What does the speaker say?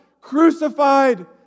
Crucified